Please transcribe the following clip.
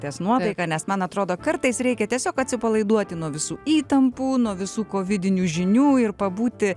nuotaiką nes man atrodo kartais reikia tiesiog atsipalaiduoti nuo visų įtampų nuo visų vidinių žinių ir pabūti